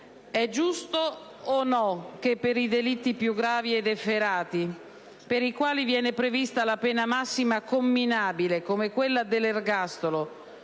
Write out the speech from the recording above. È giusto o no che per i delitti più gravi ed efferati, per i quali viene prevista quale pena massima comminabile quella dell'ergastolo